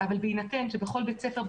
אבל בהינתן שבכל בית ספר,